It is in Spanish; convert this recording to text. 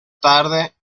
tarde